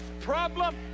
Problem